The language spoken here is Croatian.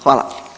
Hvala.